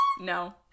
No